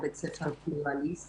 זה בית ספר פלורליסטי,